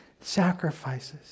sacrifices